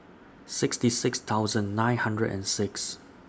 sixty six thousand nine hundred and six